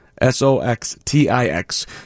S-O-X-T-I-X